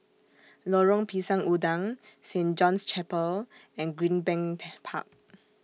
Lorong Pisang Udang Saint John's Chapel and Greenbank Park